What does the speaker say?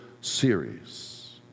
Series